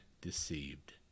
deceived